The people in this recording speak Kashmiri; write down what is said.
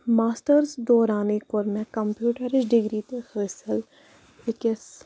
ماسٹٲرٕس دورانٕے کوٚر مےٚ کَمپیٛوٗٹرٕچ ڈِگری تہِ حٲصِل أکِس